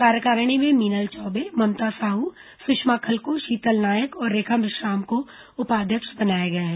कार्यकारिणी में मीनल चौबे ममता साह सुषमा खलको शीतल नायक और रेखा मेश्राम को उपाध्यक्ष बनाया गया है